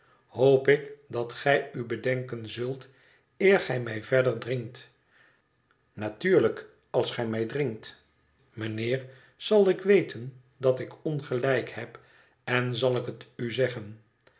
hoop ik dat gij u bedenken zult eer gij mij verder dringt natuurlijk als gij mij dringt mijnheer zal ik weten dat ik ongelijk heb en zal ik het u zeggen